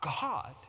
God